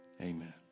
Amen